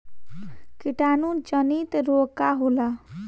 कीटाणु जनित रोग का होला?